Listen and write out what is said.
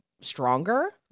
stronger